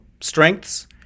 strengths